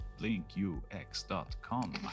blinkux.com